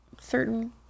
certain